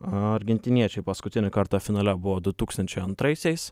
argentiniečiai paskutinį kartą finale buvo du tūkstančiai antraisiais